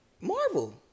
Marvel